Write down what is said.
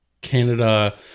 Canada